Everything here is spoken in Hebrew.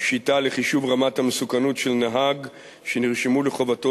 שיטה לחישוב רמת המסוכנות של נהג שנרשמו לחובתו